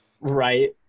Right